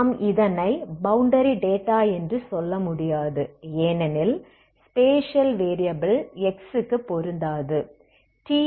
நாம் இதனை boundary data என்று சொல்ல முடியாது ஏனெனில் ஸ்பேஷியல் வேரியபில் x க்கு இது பொருந்தாது